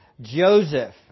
Joseph